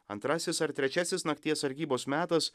antrasis ar trečiasis nakties sargybos metas